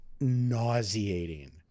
Nauseating